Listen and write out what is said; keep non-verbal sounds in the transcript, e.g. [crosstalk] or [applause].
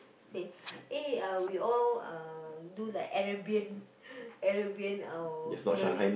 say eh uh we all uh do like Arabian [laughs] Arabian uh clothing